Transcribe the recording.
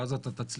ואז אתה תצליח,